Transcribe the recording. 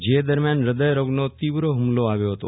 જે દરમ્યાન હદય રોગનો ત્રીવ્ર હુમલો આવ્યો હતો